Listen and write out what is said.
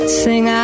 sing